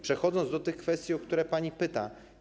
Przechodzę do tych kwestii, o które pani pyta.